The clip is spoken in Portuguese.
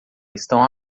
estão